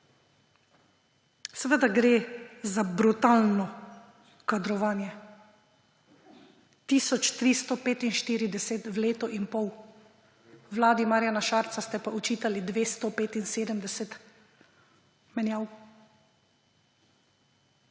Seveda gre za brutalno kadrovanje. Tisoč 345 v letu in pol. Vladi Marjana Šarca ste pa očitali 275 menjav.